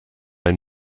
ein